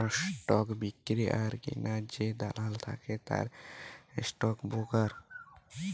stock বিক্রি আর কিনার যে দালাল থাকে তারা স্টক ব্রোকার